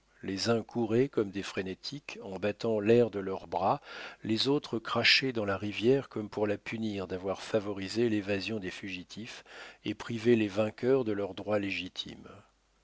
les uns couraient comme des frénétiques en battant l'air de leurs bras les autres crachaient dans la rivière comme pour la punir d'avoir favorisé l'évasion des fugitifs et privé les vainqueurs de leurs droits légitimes